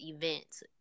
events